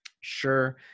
sure